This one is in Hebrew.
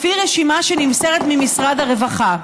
לפי רשימה שנמסרת ממשרד הרווחה.